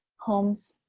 homes,